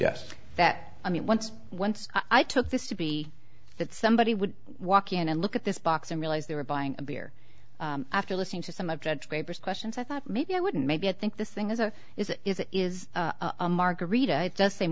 yes that i mean once once i took this to be that somebody would walk in and look at this box and realize they were buying a beer after listening to some of judge papers questions i thought maybe i wouldn't maybe i think this thing is a is it is it is a margarita it